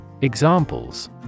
Examples